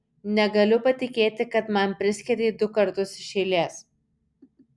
negaliu patikėti kad man priskiedei du kartus iš eilės